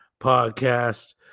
podcast